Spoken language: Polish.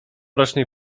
rocznej